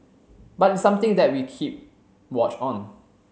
but it's something that we keep watch on